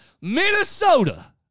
Minnesota